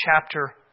chapter